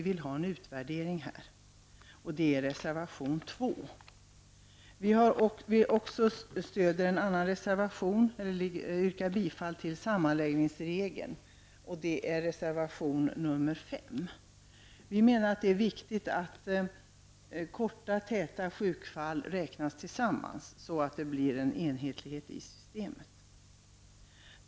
Denna fråga behandlas i reservation 2. Jag yrkar också bifall till reservation nr 5, som behandlar frågan om en sammanläggningsregel. Vi menar att det är viktigt att korta, täta sjukfall räknas samman, så att det blir en enhetlighet i systemet.